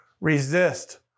resist